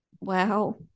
Wow